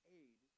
aid